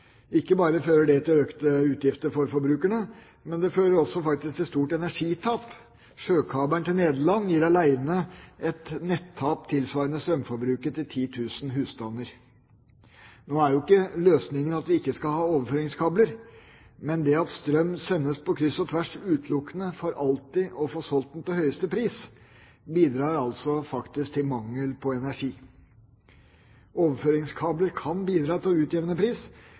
Ikke bare fører det til økte utgifter for forbrukerne. Det fører også faktisk til stort energitap. Sjøkabelen til Nederland gir aleine et nettap tilsvarende strømforbruket til 10 000 husstander. Nå er ikke løsningen at vi ikke skal ha overføringskabler. Men det at strøm sendes på kryss og tvers utelukkende for alltid å få solgt den til høyeste pris, bidrar faktisk til mangel på energi. Overføringskabler kan bidra til å utjevne pris.